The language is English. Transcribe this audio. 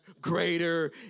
greater